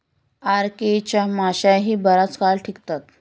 RK च्या माश्याही बराच काळ टिकतात